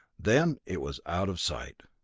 then it was out of sight.